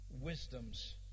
wisdom's